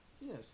Yes